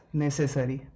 necessary